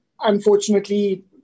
unfortunately